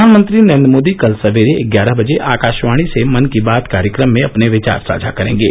प्रधानमंत्री नरेन्द्र मोदी कल सयेरे ग्यारह बजे आकाशवाणी से मन की बात कार्यक्रम में अपने विचार साझा करेंगे